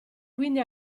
quindi